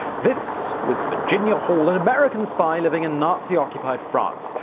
this was virginia hall an american spy living in nazi-occupied france.